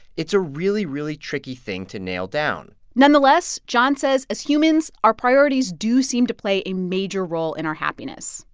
it's a really, really tricky thing to nail down nonetheless, john says, as humans, our priorities do seem to play a major role in our happiness.